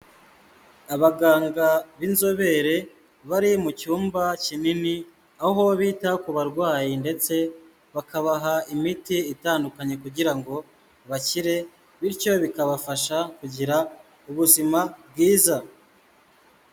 Abaganga b'inzobere bari mu cyumba kinini, aho bita ku barwayi ndetse bakabaha imiti itandukanye kugira ngo bakire, bityo bikabafasha kugira ubuzima bwiza.